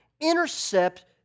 intercept